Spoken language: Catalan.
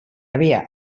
havia